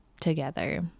together